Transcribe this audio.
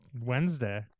wednesday